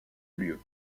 lieu